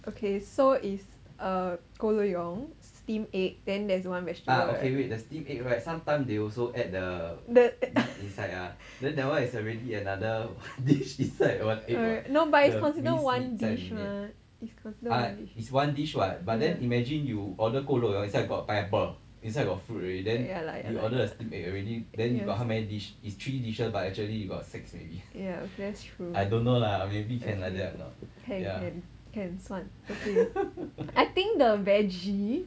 okay so is uh ku lou yok steam egg and one vegetable the uh oh ya but no it's considered one dish mah is considered one dish ya lah ya lah ya ya that's true can can can 算 I think the vege~